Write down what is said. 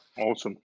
Awesome